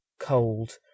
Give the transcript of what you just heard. cold